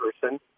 person